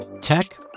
Tech